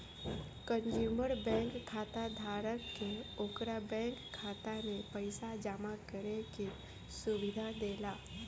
consumer bank खाताधारक के ओकरा बैंक खाता में पइसा जामा करे के सुविधा देला